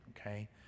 okay